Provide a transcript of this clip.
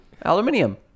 Aluminium